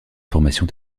formation